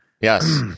Yes